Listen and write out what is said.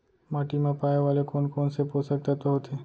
माटी मा पाए वाले कोन कोन से पोसक तत्व होथे?